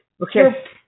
Okay